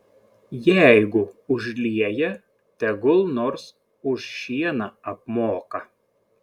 jeigu užlieja tegul nors už šieną apmoka